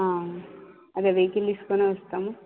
ఆ అదే వెహికల్ తీసుకొని వస్తాము